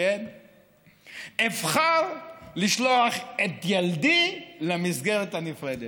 אבחר לשלוח את ילדי למסגרת הנפרדת.